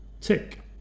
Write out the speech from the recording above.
Tick